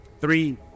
three